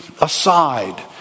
aside